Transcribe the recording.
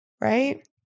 right